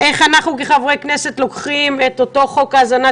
איך אנחנו כחברי כנסת לוקחים את אותו חוק האזנת